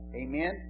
Amen